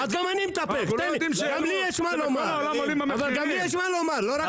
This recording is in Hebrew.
אז גם אני מתאפק, גם לי יש מה לומר, לא רק לך.